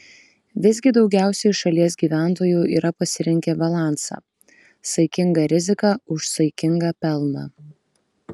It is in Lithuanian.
visgi daugiausiai šalies gyventojų yra pasirinkę balansą saikinga rizika už saikingą pelną